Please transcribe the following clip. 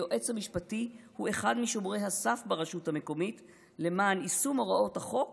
היועץ המשפטי הוא אחד משומרי הסף ברשות המקומית למען יישום הוראות החוק